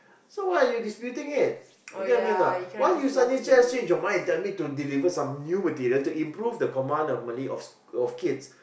so why are you disputing it you get what I mean or not why you suddenly just change your mind and tell me to deliver some new material to improve the command of Malay of s~ of kids